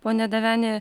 pone deveni